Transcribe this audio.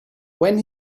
when